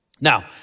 Now